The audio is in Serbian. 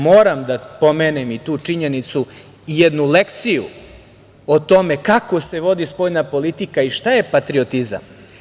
Moram da pomenem i tu činjenicu i jednu lekciju o tome kako se vodi spoljna politika i šta je patriotizam.